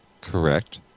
Correct